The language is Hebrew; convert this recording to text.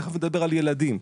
תכף נדבר על ילדים.